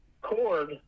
cord